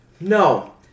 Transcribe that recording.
No